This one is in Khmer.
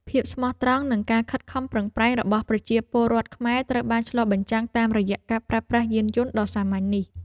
ភាពស្មោះត្រង់និងការខិតខំប្រឹងប្រែងរបស់ប្រជាពលរដ្ឋខ្មែរត្រូវបានឆ្លុះបញ្ចាំងតាមរយៈការប្រើប្រាស់យានយន្តដ៏សាមញ្ញនេះ។